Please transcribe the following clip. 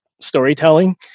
storytelling